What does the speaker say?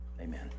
Amen